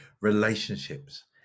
relationships